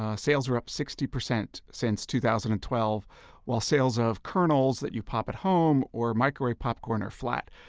ah sales are up sixty percent since two thousand and twelve while sales of kernels that you pop at home and microwave popcorn are flat.